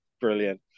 Brilliant